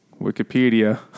Wikipedia